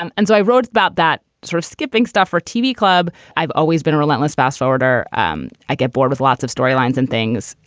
um and so i wrote about that sort of skipping stuff for tv club. i've always been relentless fastforward. um i get bored with lots of storylines and things.